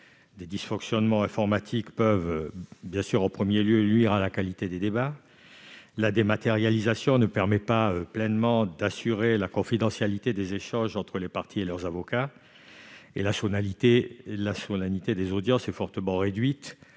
des dysfonctionnements informatiques peuvent nuire à la qualité des débats. En outre, la dématérialisation ne permet pas pleinement d'assurer la confidentialité des échanges entre les parties et leurs avocats. La solennité des audiences est fortement réduite